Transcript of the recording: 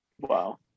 Wow